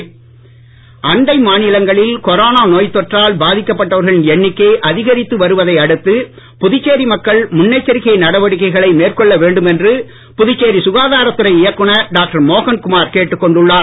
Puducherry corona அண்டை மாநிலங்களில் corona நோய் தொற்றால் பாதிக்கப்பட்டவர்களின் எண்ணிக்கை அதிகரித்து வருவதை அடுத்து புதுச்சேரி மக்கள் முன்னெச்சரிக்கை நடவடிக்கைகளை மேற்கொள்ள வேண்டும் என்று புதுச்சேரி சுகாதாரத்துறை இயக்குனர் டாக்டர் மோகன்குமார் கேட்டுக்கொண்டுள்ளார்